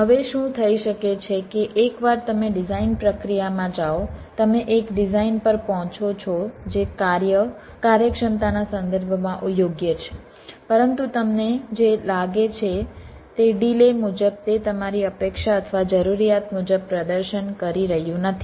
હવે શું થઈ શકે છે કે એકવાર તમે ડિઝાઇન પ્રક્રિયામાં જાઓ તમે એક ડિઝાઇન પર પહોંચો છો જે કાર્ય કાર્યક્ષમતાના સંદર્ભમાં યોગ્ય છે પરંતુ Refer Time 0158 તમને જે લાગે છે તે ડિલે મુજબ તે તમારી અપેક્ષા અથવા જરૂરિયાત મુજબ પ્રદર્શન કરી રહ્યું નથી